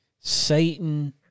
Satan